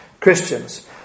Christians